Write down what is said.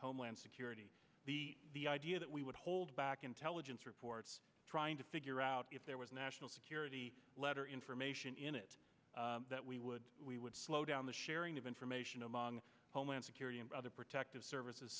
homeland security the idea that we would hold back intelligence reports trying to figure out if there was a national security letter information in it that we would we would slow down the sharing of information among homeland security and other protective services